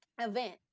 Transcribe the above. event